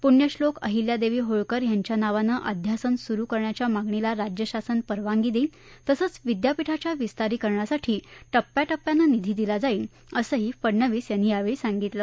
पृण्यश्लोक अहिल्यादेवी होळकर यांच्या नावानं अध्यासन सुरु करण्याच्या मागणीला राज्यशासन परवानगी देईल तसंच विद्यापीठाच्या विस्तारीकरणासाठी टप्प्याटप्प्यानं निधी दिला जाईल असंही फडनवीस यांनी यावेळी सांगितलं